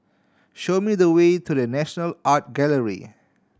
show me the way to The National Art Gallery